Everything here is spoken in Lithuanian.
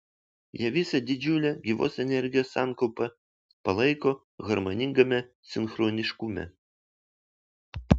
jie visą didžiulę gyvos energijos sankaupą palaiko harmoningame sinchroniškume